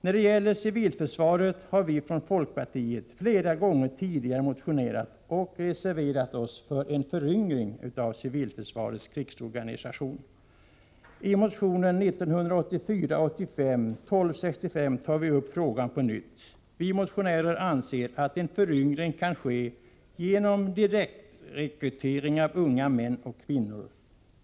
När det gäller civilförsvaret har vi från folkpartiet flera gånger tidigare motionerat om och reserverat oss för en föryngring av civilförsvarets krigsorganisation. I motionen 1984/85:1265 tar vi upp frågan på nytt. Vi motionärer anser att en föryngring kan ske genom direktrekrytering av unga män och kvinnor.